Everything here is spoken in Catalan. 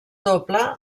doble